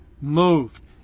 moved